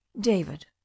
David